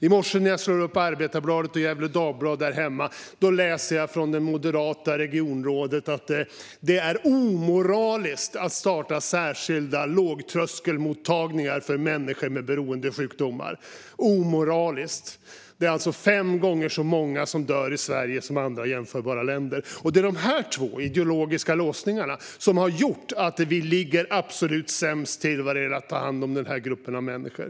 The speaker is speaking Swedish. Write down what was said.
I morse när jag slog upp Arbetarbladet och Gefle Dagblad där hemma läste jag vad det moderata regionrådet har sagt, nämligen att det är omoraliskt att starta särskilda lågtröskelmottagningar för människor med beroendesjukdomar. Omoraliskt - det är alltså fem gånger så många som dör på grund av detta i Sverige som i andra jämförbara länder. Det är dessa två ideologiska låsningar som har gjort att vi ligger absolut sämst till när det gäller att ta hand om denna grupp av människor.